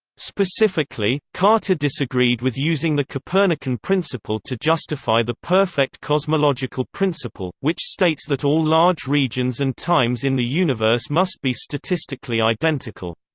specifically, carter disagreed with using the copernican principle to justify the perfect cosmological principle, which states that all large regions and times in the universe must be statistically identical.